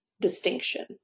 distinction